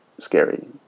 scary